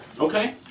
Okay